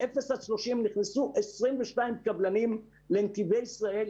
באפס עד 30 נכנסו 22 קבלנים לנתיבי ישראל,